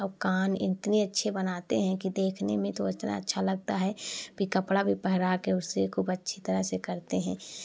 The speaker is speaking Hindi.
और कान इतने अच्छे बनाते हैं कि देखने में तो इतना अच्छा लगता है कि कपड़ा भी पहना कर उसे खूब अच्छी तरह से करते हैं